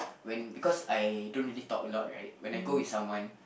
when because I don't really talk a lot right when I go with someone